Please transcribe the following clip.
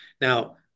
now